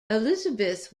elizabeth